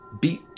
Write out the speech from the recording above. beat